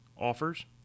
offers